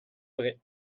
vrai